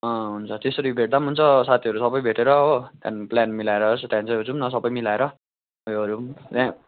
हुन्छ त्यसरी भेट्दा हुन्छ साथीहरू सबै भेटेर हो प्लान मिलाएर यस्तो टाइम चाहिँ जाऊँ न सबै मिलाएर उयो गरौँ